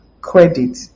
credit